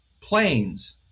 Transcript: planes